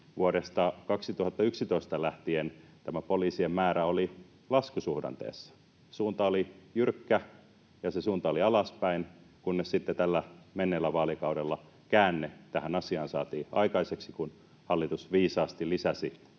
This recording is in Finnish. vuodesta 2011 lähtien tämä poliisien määrä oli laskusuhdanteessa. Suunta oli jyrkkä ja se suunta oli alaspäin, kunnes sitten tällä menneellä vaalikaudella saatiin käänne tähän asiaan aikaiseksi, kun hallitus viisaasti lisäsi